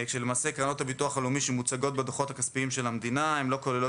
קרנות הביטוח הלאומי שמוצגות בדוחות הכספיים של המדינה לא כוללות